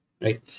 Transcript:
Right